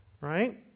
right